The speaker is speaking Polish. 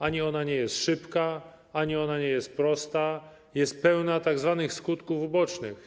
Ani ona nie jest szybka, ani ona nie jest prosta, jest pełna tzw. skutków ubocznych.